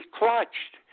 clutched